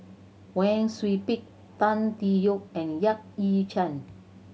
Wang Sui Pick Tan Tee Yoke and Yap Ee Chian